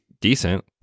decent